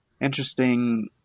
interesting